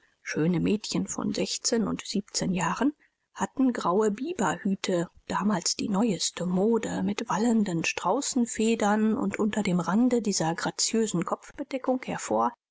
schöne mädchen von sechzehn und siebzehn jahren hatten graue biberhüte damals die neueste mode mit wallenden straußenfedern und unter dem rande dieser graziösen kopfbedeckung hervor